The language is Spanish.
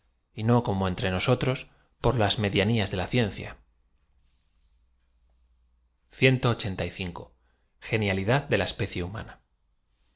y no como entre nosotros por las medianías de la ciencia genialidad de la especie humana